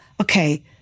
okay